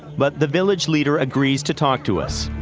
but, the village leader agrees to talk to us.